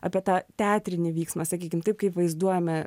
apie tą teatrinį vyksmą sakykim taip kaip vaizduojami